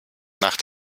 nach